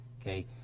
Okay